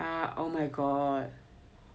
oh my god